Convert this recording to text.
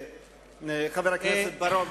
חבר הכנסת בר-און,